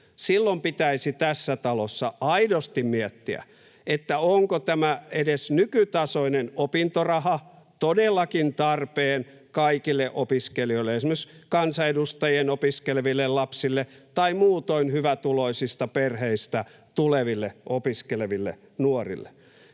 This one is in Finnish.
silloin pitäisi tässä talossa aidosti miettiä, onko edes nykytasoinen opintoraha todellakin tarpeen kaikille opiskelijoille, esimerkiksi kansanedustajien opiskeleville lapsille tai muutoin hyvätuloisista perheistä tuleville opiskeleville nuorille,